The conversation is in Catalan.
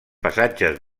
passatges